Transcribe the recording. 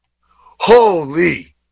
Holy